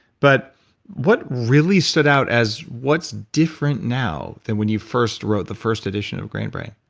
but what really stood out as what's different now than when you first wrote the first edition of grain brain?